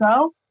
go